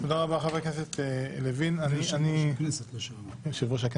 תודה רבה, חבר הכנסת לוין, יושב-ראש הכנסת לשעבר.